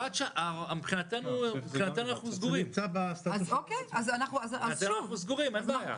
מבחינתנו אנחנו סגורים, אין בעיה.